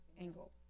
angle